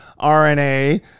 RNA